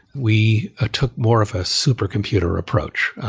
we ah took more of a supercomputer approach,